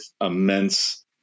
immense